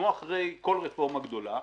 כמו אחרי כל רפורמה גדולה,